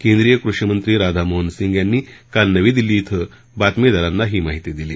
केंद्रीय कृषी मंत्री राधा मोहन सिंग यांनी काल नवी दिल्ली इथं बातमीदारांना ही माहिती दिली